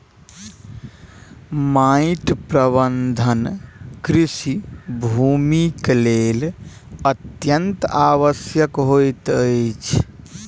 माइट प्रबंधन कृषि भूमिक लेल अत्यंत आवश्यक होइत अछि